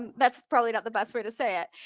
that's probably not the best way to say it,